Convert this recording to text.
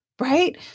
right